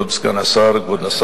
כמובן,